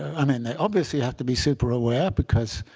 i mean they obviously have to be super aware because